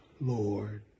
lord